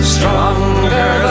Stronger